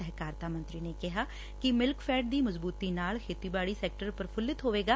ਸਹਿਕਾਰਤਾ ਮੰਤਰੀ ਨੇ ਕਿਹਾ ਕਿ ਮਿਲਕਫੈੱਡ ਦੀ ਮਜ਼ਬੂਤੀ ਨਾਲ ਖੇਤੀਬਾਤੀ ਸੈਕਟਰ ਪ੍ਰਫੁੱਲਿਤ ਹੋਵੇਗਾ